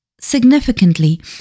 significantly